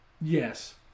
Yes